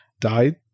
died